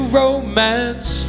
romance